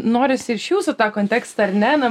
norisi ir iš jūsų tą kontekstą ar ne na